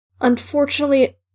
Unfortunately